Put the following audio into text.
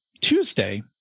tuesday